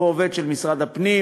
הוא עובד של משרד הפנים,